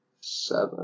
Seven